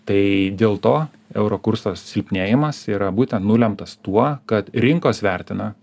tai dėl to euro kurso silpnėjimas yra būtent nulemtas tuo kad rinkos vertina